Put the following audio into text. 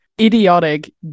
idiotic